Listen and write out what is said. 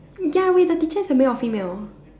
ya wait the teacher is a male or female